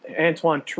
Antoine